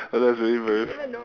ya that's really very